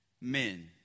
men